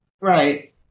Right